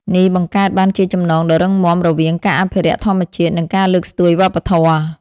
នេះបង្កើតបានជាចំណងដ៏រឹងមាំរវាងការអភិរក្សធម្មជាតិ និងការលើកស្ទួយវប្បធម៌។